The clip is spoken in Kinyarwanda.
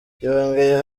yongeyeho